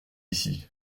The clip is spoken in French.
ici